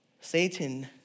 Satan